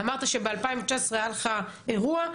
אמרת שב-2019 היה לך אירוע,